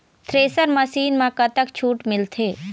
Thresher machine म कतक छूट मिलथे?